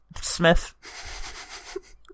Smith